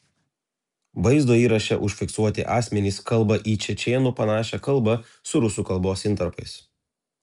vaizdo įraše užfiksuoti asmenys kalba į čečėnų panašia kalba su rusų kalbos intarpais